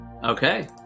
Okay